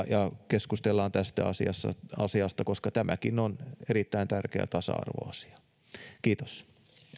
ja keskustellaan tästä asiasta koska tämäkin on erittäin tärkeä tasa arvoasia kiitos